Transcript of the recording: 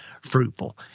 fruitful